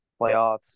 playoffs